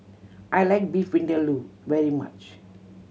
I like Beef Vindaloo very much